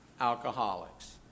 alcoholics